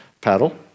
paddle